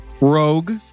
rogue